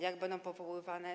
Jak będą powoływane?